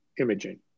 imaging